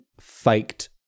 faked